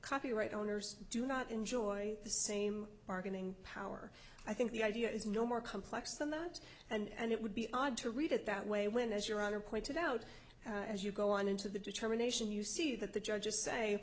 copyright owners do not enjoy the same bargaining power i think the idea is no more complex than that and it would be odd to read it that way when as your honor pointed out as you go on into the determination you see that the judge just say